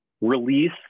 release